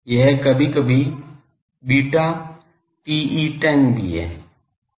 यह कभी कभी बीटा TE10 भी है